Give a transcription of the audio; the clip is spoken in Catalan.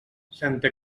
santa